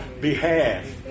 behalf